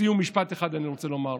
בסיום, משפט אחד אני רוצה לומר,